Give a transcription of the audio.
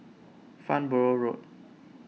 Farnborough Road